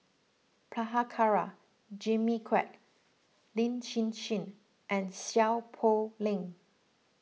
Prabhakara Jimmy Quek Lin Hsin Hsin and Seow Poh Leng